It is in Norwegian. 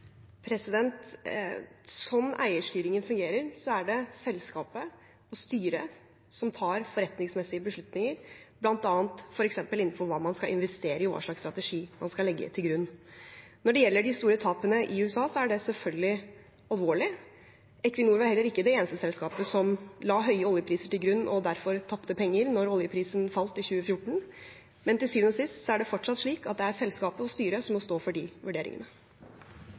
eierstyringen fungerer, er det selskapet og styret som tar forretningsmessige beslutninger, f.eks. innenfor hva man skal investere i, og hva slags strategi man skal legge til grunn. Når det gjelder de store tapene i USA, er det selvfølgelig alvorlig. Equinor var heller ikke det eneste selskapet som la høye oljepriser til grunn, og derfor tapte penger da oljeprisen falt i 2014. Men til syvende og sist er det fortsatt slik at det er selskapet og styret som må stå for de vurderingene.